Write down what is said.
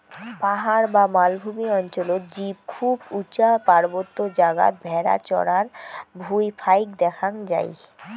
পাহাড় বা মালভূমি অঞ্চলত জীব খুব উচা পার্বত্য জাগাত ভ্যাড়া চরার ভুঁই ফাইক দ্যাখ্যাং যাই